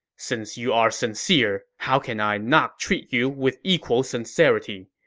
since you are sincere, how can i not treat you with equal sincerity?